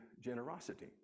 generosity